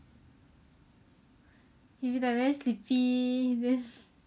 he will be like very sleepy then